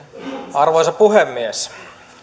arvoisa puhemies